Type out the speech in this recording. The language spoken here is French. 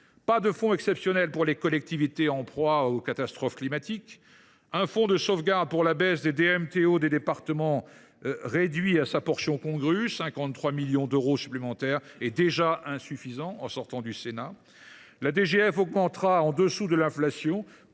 pas de fonds exceptionnels pour les collectivités en proie aux catastrophes climatiques. Le fonds de sauvegarde pour la baisse des droits de mutation à titre onéreux (DMTO) des départements est réduit à sa portion congrue – 53 millions d’euros supplémentaires. Il est déjà insuffisant en sortant du Sénat. La DGF augmentera en dessous de l’inflation,